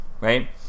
right